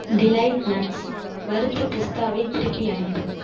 delight Nuts வறுத்த பிஸ்தாவை திருப்பி அனுப்பு